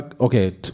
okay